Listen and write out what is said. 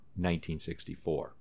1964